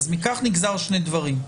מכך נגזר שני דברים,